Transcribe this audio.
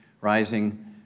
rising